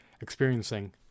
experiencing